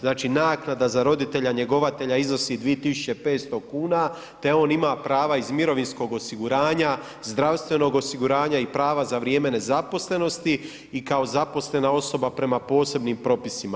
Znači naknada za roditelja njegovatelja iznosi 2.500 kuna te on ima prava iz mirovinskog osiguranja, zdravstvenog osiguranja i prava za vrijeme nezaposlenosti i kao zaposlena osoba prema posebnim propisima.